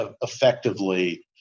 effectively